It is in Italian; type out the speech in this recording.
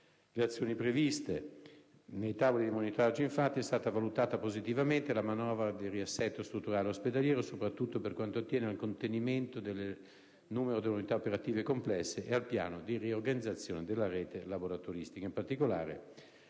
le azioni previste. Nei tavoli di monitoraggio è stata infatti valutata positivamente la manovra di riassetto strutturale ospedaliero, soprattutto per quanto attiene al contenimento del numero delle unità operative complesse e al piano di riorganizzazione della rete laboratoristica.